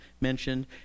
mentioned